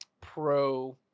pro